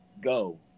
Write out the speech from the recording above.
go